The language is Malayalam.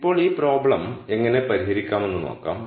ഇപ്പോൾ ഈ പ്രോബ്ലം എങ്ങനെ പരിഹരിക്കാമെന്ന് നോക്കാം